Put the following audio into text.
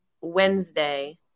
Wednesday